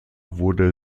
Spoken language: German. wurde